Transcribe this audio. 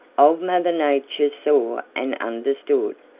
old mother nature saw and understood.